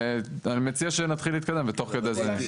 ואני מציע שנתחיל להתקדם ותוך כדי זה נגיב.